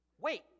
Wait